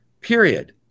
Period